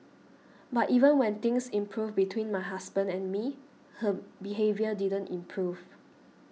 but even when things improved between my husband and me her behaviour didn't improve